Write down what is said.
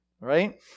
right